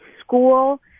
school